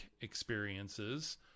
experiences